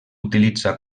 utilitza